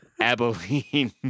abilene